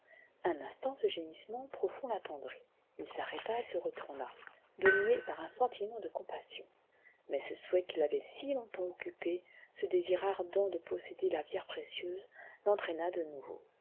un instant ce gémissement profond l'attendrit il s'arrêta et se retourna dominé par un sentiment de compassion mais ce souhait qui l'avait si longtemps occupé ce désir ardent de posséder la pierre précieuse l'entraîna de nouveau